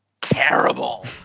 terrible